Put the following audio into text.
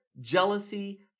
jealousy